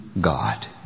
God